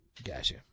Gotcha